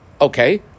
Okay